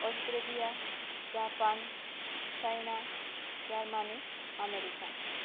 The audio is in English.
Australia Japan China Germany America